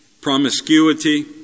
promiscuity